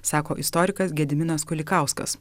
sako istorikas gediminas kulikauskas